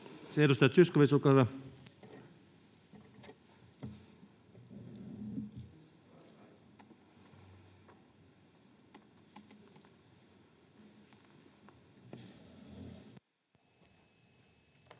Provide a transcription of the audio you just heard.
Edustaja Zyskowicz, olkaa hyvä.